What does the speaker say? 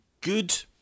Good